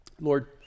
Lord